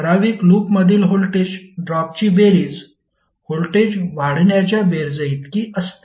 ठराविक लूपमधील व्होल्टेज ड्रॉपची बेरीज व्होल्टेज वाढण्याच्या बेरजेइतकी असते